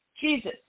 Jesus